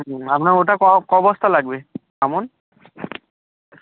হুম আপনার ওটা ক ক বস্তা লাগবে আমন